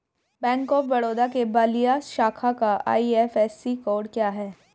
Bank of Baroda के बलिया शाखा का आई.एफ.एस.सी कोड क्या है?